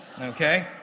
Okay